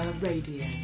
radio